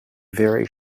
very